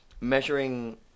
measuring